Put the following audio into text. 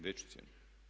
Veću cijenu.